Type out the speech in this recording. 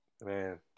Man